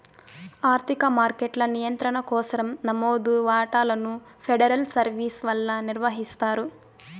ఆర్థిక మార్కెట్ల నియంత్రణ కోసరం నమోదు వాటాలను ఫెడరల్ సర్వీస్ వల్ల నిర్వహిస్తారు